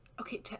Okay